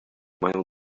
mają